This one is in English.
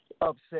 Upset